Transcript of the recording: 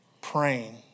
praying